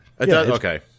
Okay